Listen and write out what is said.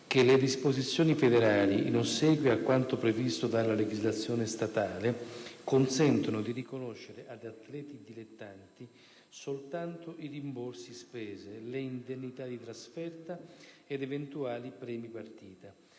che le disposizioni federali, in ossequio a quanto previsto dalla legislazione statale, consentono di riconoscere ad atleti dilettanti soltanto i rimborsi spese, le indennità di trasferta ed eventuali premi partita.